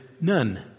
none